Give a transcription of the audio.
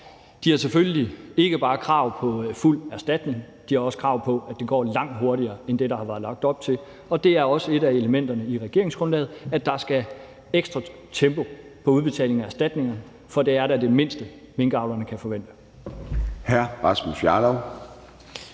dem, selvfølgelig ikke bare har krav på fuld erstatning, de har også krav på, at det går langt hurtigere end det, der har været lagt op til. Det er også et af elementerne i regeringsgrundlaget, at der skal ekstra tempo på udbetalingen af erstatningerne, for det er da det mindste, minkavlerne kan forvente.